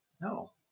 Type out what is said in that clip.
no